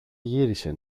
γύρισε